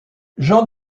jean